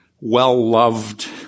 well-loved